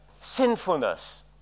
sinfulness